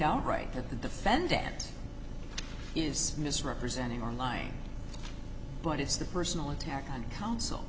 outright that the defendant is misrepresenting or lying but it's the personal attack on counsel